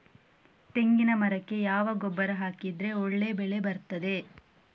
ತೆಂಗಿನ ಮರಕ್ಕೆ ಯಾವ ಗೊಬ್ಬರ ಹಾಕಿದ್ರೆ ಒಳ್ಳೆ ಬೆಳೆ ಬರ್ತದೆ?